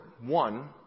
One